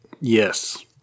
Yes